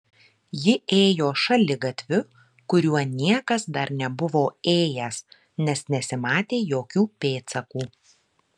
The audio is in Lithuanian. ji ėjo šaligatviu kuriuo niekas dar nebuvo ėjęs nes nesimatė jokių pėdsakų